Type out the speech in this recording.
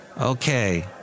Okay